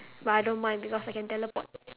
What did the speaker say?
but I don't mind because I can teleport